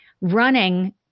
Running